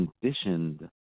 conditioned